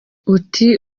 ati